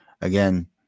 again